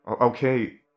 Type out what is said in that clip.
okay